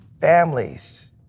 families